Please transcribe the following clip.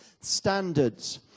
standards